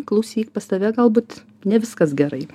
klausyk pas tave galbūt ne viskas gerai